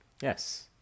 Yes